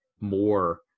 more